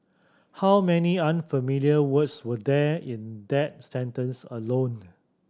how many unfamiliar words were there in that sentence alone